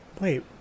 wait